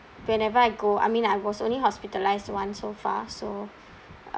whenever I go I mean I was only hospitalized once so far so